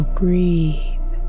breathe